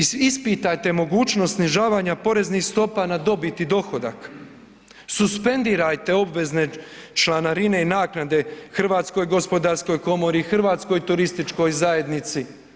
Ispitajte mogućnost snižavanja poreznih stopa na dobit i dohodak, suspendirajte obvezne članarine i naknade Hrvatskoj gospodarskoj komori, Hrvatskoj turističkoj zajednici.